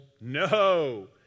no